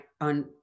on